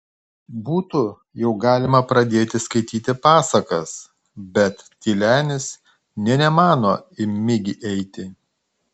būtų jau galima pradėti skaityti pasakas bet tylenis nė nemano į migį eiti